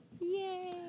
Yay